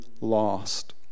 lost